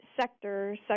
Sector